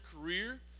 career